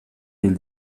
hil